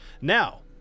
now